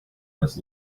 was